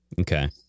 Okay